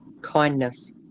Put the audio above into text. Kindness